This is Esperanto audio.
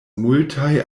multaj